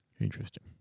Interesting